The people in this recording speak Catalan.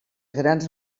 grans